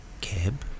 cab